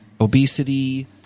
obesity